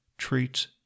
treats